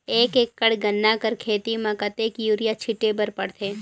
एक एकड़ गन्ना कर खेती म कतेक युरिया छिंटे बर पड़थे?